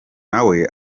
nawe